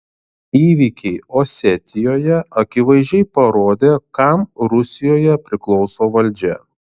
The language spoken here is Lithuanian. įvykiai osetijoje akivaizdžiai parodė kam rusijoje priklauso valdžia